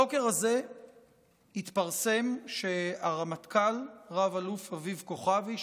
הבוקר הזה התפרסם שהרמטכ"ל רב-אלוף אביב כוכבי,